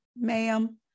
Ma'am